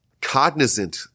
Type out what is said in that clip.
cognizant